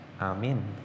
Amen